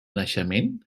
naixement